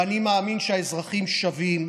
ואני מאמין שהאזרחים שווים,